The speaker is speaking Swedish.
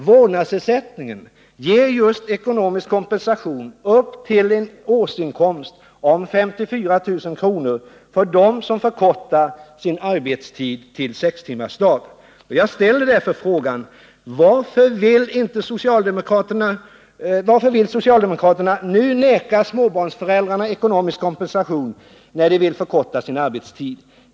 Vårdnadsersättningen ger just ekonomisk kompensation upp till en årsinkomst på 54 000 kr. för dem som förkortar sin arbetstid till sextimmarsdag. Jag ställer därför frågan: Varför vill socialdemokraterna nu neka småbarnsföräldrarna ekonomisk kompensation när de vill förkorta sin arbetstid?